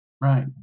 Right